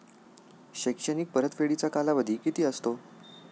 शैक्षणिक परतफेडीचा कालावधी किती असतो?